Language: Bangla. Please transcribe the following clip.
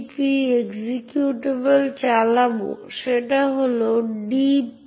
তারপর এক্সিকিউট করতে পারে এবং এই নির্দিষ্ট ফাইলটিতে পড়তে এবং লিখতে পারে